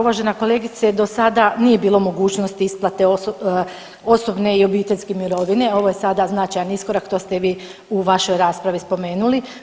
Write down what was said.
Uvažena kolegice, do sada nije bilo mogućnosti isplate osobne i obiteljske mirovine, ovo je sada značajni iskorak, to ste i vi u vašoj raspravi spomenuli.